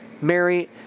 Mary